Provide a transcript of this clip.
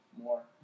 more